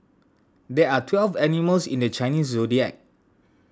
there are twelve animals in the Chinese zodiac